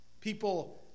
People